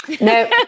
No